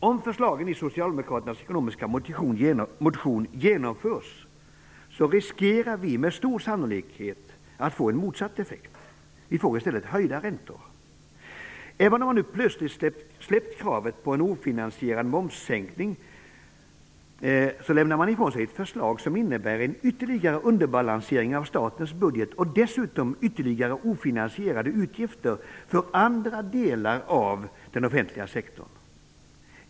Om förslagen i socialdemokraternas ekonomiska motion genomförs riskerar vi med stor sannolikhet att få en motsatt effekt, vi får i stället höjda räntor. Även om man nu plötsligt släppt kravet på en ofinansierad momssänkning lämnar man ifrån sig ett förslag som innebär en ytterligare underbalansering av statens budget och dessutom ytterligare ofinansierade utgifter för andra delar av den offentliga sektorn.